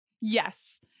Yes